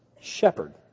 shepherd